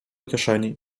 kieszeni